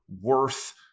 worth